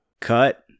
Cut